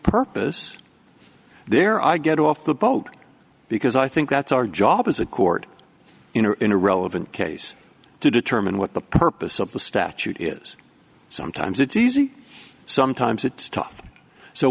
purpose there i get off the boat because i think that's our job as a cord in or in a relevant case to determine what the purpose of the statute is sometimes it's easy sometimes it's tough so